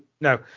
No